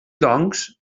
doncs